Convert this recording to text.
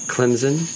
Clemson